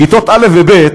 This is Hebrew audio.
כיתות א' וב',